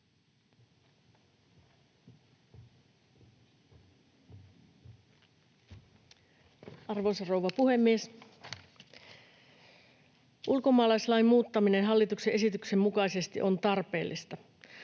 Arvoisa rouva puhemies! Ulkomaalaislain muuttaminen hallituksen esityksen mukaisesti on tarpeellista.